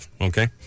Okay